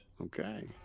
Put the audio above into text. Okay